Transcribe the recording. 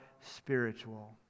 spiritual